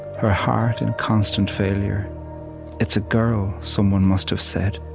her heart in constant failure it's a girl, someone must have said.